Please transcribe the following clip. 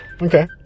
Okay